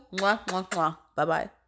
Bye-bye